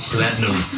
Platinum